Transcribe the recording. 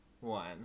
one